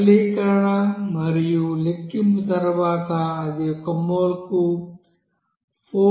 సరళీకరణ మరియు లెక్కింపు తర్వాత అది ఒక మోల్కు 418